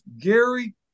Gary